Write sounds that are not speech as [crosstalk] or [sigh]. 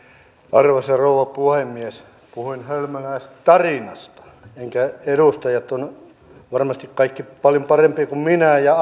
arvoisa rouva puhemies puhuin hölmöläistarinasta edustajat ovat varmasti kaikki paljon parempia kuin minä ja [unintelligible]